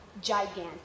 gigantic